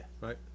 Right